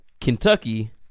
Kentucky